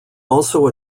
also